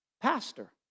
pastor